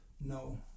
no